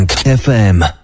FM